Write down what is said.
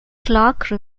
clarke